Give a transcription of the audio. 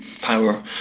power